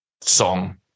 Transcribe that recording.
song